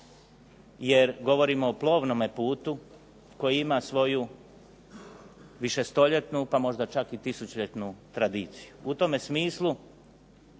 jer govorimo o plovnom putu koji ima svoju višestoljetnu pa možda čak i tisućljetni tradiciju. U tome smislu